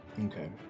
Okay